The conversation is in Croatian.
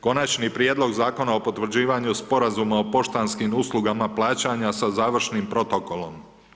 Konačni prijedlog Zakona o potvrđivanju Sporazuma o poštanskim uslugama plaćanja sa završnim protokolom.